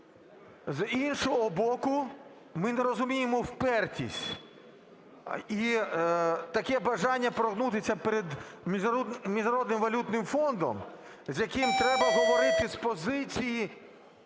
З іншого боку, ми не розуміємо впертість і таке бажання прогнутися перед Міжнародним валютним фондом, з яким треба говорити з позиції